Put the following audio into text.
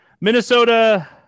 Minnesota